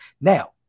Now